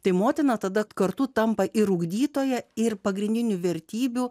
tai motina tada kartu tampa ir ugdytoja ir pagrindinių vertybių